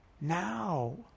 now